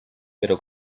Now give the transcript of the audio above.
pero